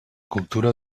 cultura